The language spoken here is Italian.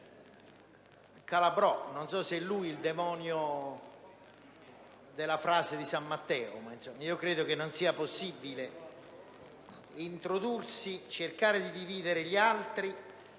Calabrò - non so se è lui il demonio della frase di San Matteo - che credo non sia possibile introdursi e cercare di dividere gli altri